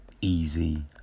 easy